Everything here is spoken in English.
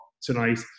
tonight